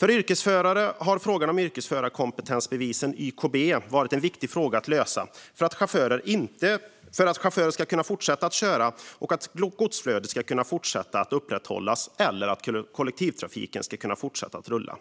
För yrkeschaufförer har frågan om yrkesförarkompetensbevis, YKB, varit viktig att lösa för att chaufförer ska kunna fortsätta köra, för att godsflödet ska kunna upprätthållas och för att kollektivtrafiken ska kunna fortsätta rulla.